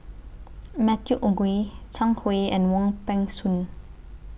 Matthew Ngui Zhang Hui and Wong Peng Soon